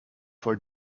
for